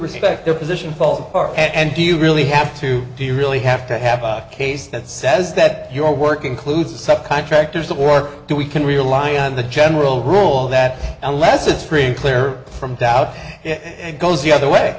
respect their position fall apart and do you really have to do you really have to have a case that says that your work includes the sec contractors or do we can rely on the general rule that unless it's pretty clear from doubt goes the other way